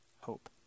hope